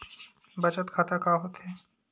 बचत खाता का होथे?